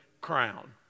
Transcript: crown